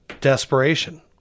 Desperation